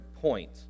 point